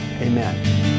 amen